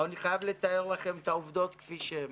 אבל אני חייב לתאר לכם את העובדות כפי שהן.